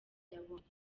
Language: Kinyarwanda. yabonye